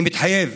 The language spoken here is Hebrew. אני מתחייב